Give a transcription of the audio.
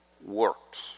works